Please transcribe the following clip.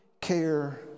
care